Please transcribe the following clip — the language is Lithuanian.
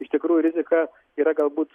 iš tikrųjų rizika yra galbūt